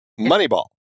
Moneyball